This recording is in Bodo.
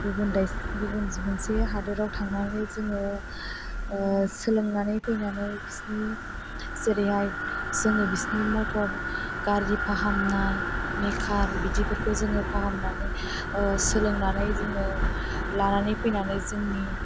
गुबुन देस गुबुन मोनसे हादोराव थांनानै जोङो सोलोंनानै फैनानै बिसोरनि जेरैहाय जोङो बिसोरनि मट'र गारि फाहामनाय मेकार बिदिफोरखौ जोङो फाहामनानै सोलोंनानै जोङो लानानै फैनानै जोंनि